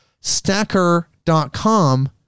stacker.com